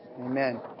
Amen